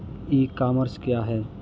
ई commerce क्या है?